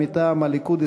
מטעם הליכוד,